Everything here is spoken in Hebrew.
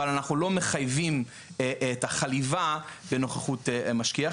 אבל אנחנו לא מחייבים את החליבה בנוכחות משגיח.